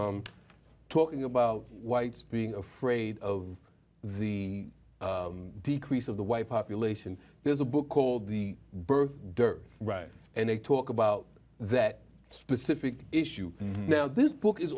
michael talking about whites being afraid of the decrease of the white population there's a book called the birth dearth and they talk about that specific issue now this book is